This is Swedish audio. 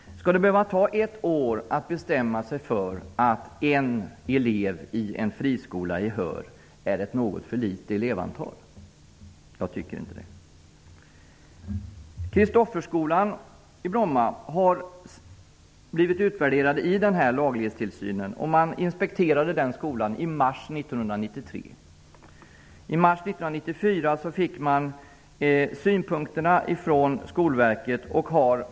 Skall det behöva ta ett år att bestämma sig för att en enda elev i en friskola i Höör är ett något för litet elevantal? Det tycker inte jag. Kristofferskolan i Bromma har blivit utvärderad i enlighet med laglighetstillsynen. Skolan inspekterades i mars 1993. I mars 1994 fick man Skolverkets synpunkter.